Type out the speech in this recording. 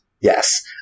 Yes